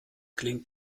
klingt